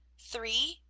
three,